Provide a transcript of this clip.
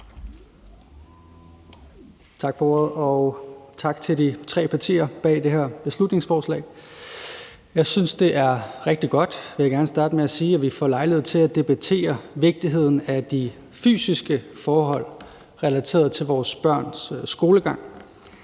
Tak for ordet. Og tak til de tre partier bag det her beslutningsforslag. Jeg vil gerne starte med at sige, at jeg synes, det er rigtig godt, at vi får lejlighed til at debattere vigtigheden af de fysiske forhold relateret til vores børns skolegang.